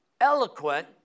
eloquent